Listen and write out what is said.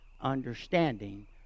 understanding